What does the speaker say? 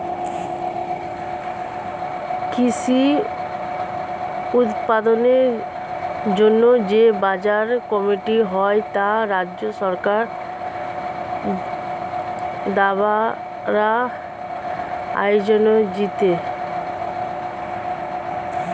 কৃষি উৎপাদনের জন্য যে বাজার কমিটি হয় তা রাজ্য সরকার দ্বারা আয়োজিত